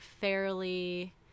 fairly